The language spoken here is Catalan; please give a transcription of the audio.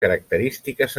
característiques